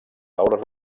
taules